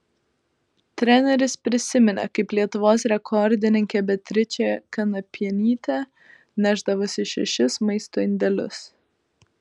treneris prisiminė kaip lietuvos rekordininkė beatričė kanapienytė nešdavosi šešis maisto indelius